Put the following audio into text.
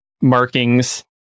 markings